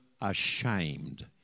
ashamed